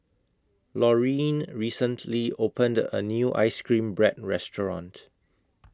Loreen recently opened A New Ice Cream Bread Restaurant